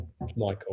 Michael